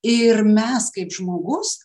ir mes kaip žmogus